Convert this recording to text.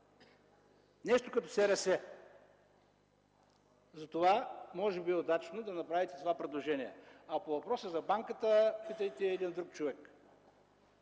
нещо като СРС. Затова може би е удачно да направите това предложение. А по въпроса за банката питайте един друг човек.